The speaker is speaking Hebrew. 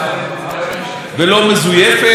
וכך,